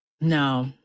No